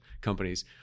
companies